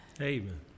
Amen